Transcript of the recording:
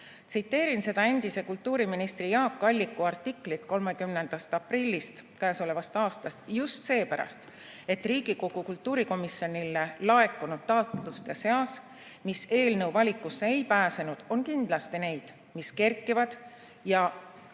Tsiteerin seda endise kultuuriministri Jaak Alliku artiklit 30. aprillist käesolevast aastast just seepärast, et Riigikogu kultuurikomisjonile laekunud taotluste seas, mis eelnõu valikusse ei pääsenud, on kindlasti objekte, mis kerkivad ja